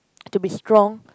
to be strong